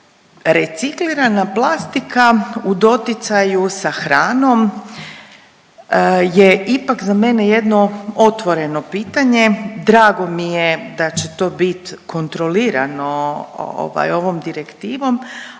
reciklirana plastika u doticaju sa hranom je ipak za mene jedno otvoreno pitanje, drago mi je da će to bit kontrolirano ovaj, ovom direktivom,